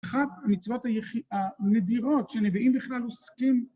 אחת המצוות הנדירות שנביאים בכלל עוסקים